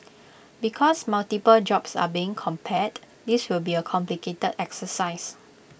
because multiple jobs are being compared this will be A complicated exercise